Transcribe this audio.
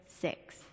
six